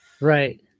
Right